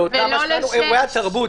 לאותם אירועי התרבות,